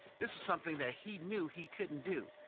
this was something that he knew he couldn't do.